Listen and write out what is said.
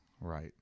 Right